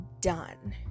done